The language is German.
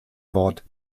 wort